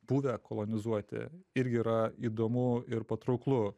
būdą kolonizuoti irgi yra įdomu ir patrauklu